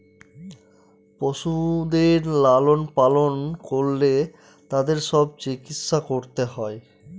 পশুদের লালন পালন করলে তাদের সব চিকিৎসা করতে হয়